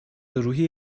روحی